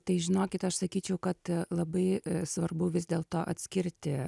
tai žinokit aš sakyčiau kad labai svarbu vis dėlto atskirti